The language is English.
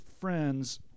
friends